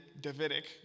Davidic